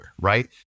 right